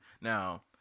Now